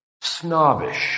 snobbish